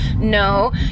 no